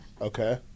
Okay